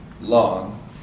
long